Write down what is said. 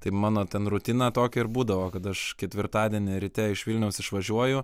tai mano ten rutina tokia ir būdavo kad aš ketvirtadienį ryte iš vilniaus išvažiuoju